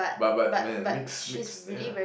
but but man mixed mixed yeah